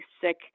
sick